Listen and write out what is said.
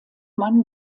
mann